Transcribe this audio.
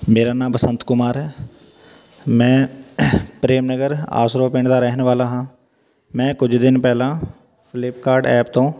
ਮੇਰਾ ਨਾਮ ਬਸੰਤ ਕੁਮਾਰ ਹੈ ਮੈਂ ਪ੍ਰੇਮ ਨਗਰ ਆਸਰੋ ਪਿੰਡ ਦਾ ਰਹਿਣ ਵਾਲਾ ਹਾਂ ਮੈਂ ਕੁਝ ਦਿਨ ਪਹਿਲਾਂ ਫਲਿੱਪਕਾਰਟ ਐਪ ਤੋਂ